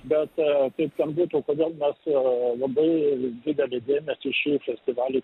bet tai būtų kodėl mes a labai didelį dėmesį šį festivalį